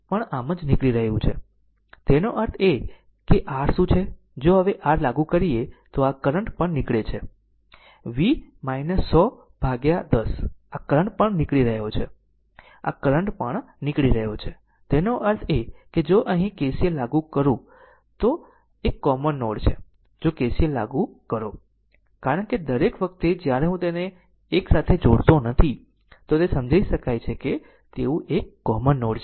આમ તે પણ આમ જ નીકળી રહ્યું છે તેનો અર્થ એ કે r શું છે જો હવે r લાગુ કરીએ તો આ કરંટ પણ નીકળે છે V 100 ભાગ્યા 10 આ કરંટ પણ નીકળી રહ્યો છે આ કરન્ટ પણ નીકળી રહ્યો છે તેનો અર્થ એ કે જો અહીં KCL લાગુ કરો તો આ એક કોમન નોડ છે જો KCL લાગુ કરો કારણ કે દરેક વખતે જ્યારે હું તેને એક સાથે જોડતો નથી તો તે સમજી શકાય તેવું એક કોમન નોડ છે